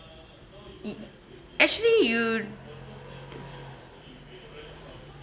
it actually you'd